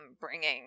bringing